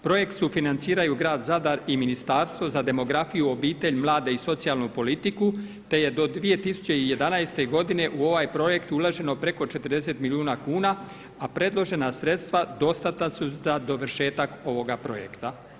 Projekt sufinanciraju Grad Zadar i Ministarstvo za demografiju, obitelj i mlade i socijalnu politiku te je do 2011. godine u ovaj projekt uloženo preko 40 milijuna kuna, a predložena sredstva dostatna su za dovršetak ovoga projekta.